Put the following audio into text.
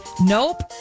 Nope